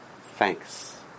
thanks